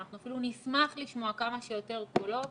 אנחנו אפילו נשמח לשמוע כמה שיותר קולות